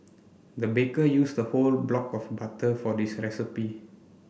the baker used a whole block of butter for this recipe